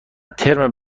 ترم